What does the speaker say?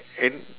and